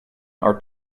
are